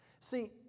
See